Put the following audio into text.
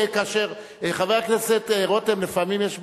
חבר הכנסת רותם, לפעמים יש בעיות.